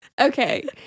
Okay